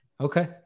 Okay